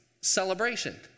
celebration